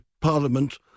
Parliament